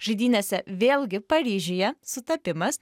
žaidynėse vėlgi paryžiuje sutapimas